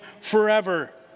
forever